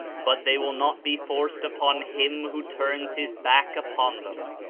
but they will not be forced upon him who turns his back upon them.